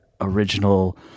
original